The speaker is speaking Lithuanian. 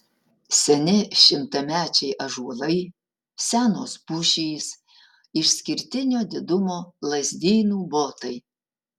seni šimtamečiai ąžuolai senos pušys išskirtinio didumo lazdynų botai